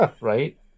right